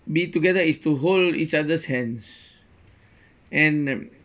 be together is to hold each others hands and